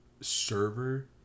server